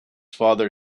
father